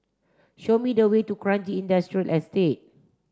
show me the way to Kranji Industrial Estate